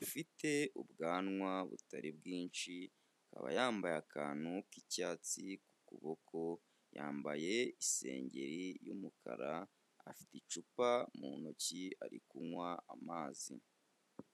ufite ubwanwa butari bwinshi, akaba yambaye akantu k'icyatsi ku kuboko, yambaye isengeri y'umukara, afite icupa mu ntoki ari kunywa amazi.